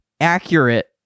accurate